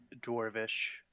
dwarvish